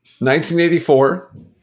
1984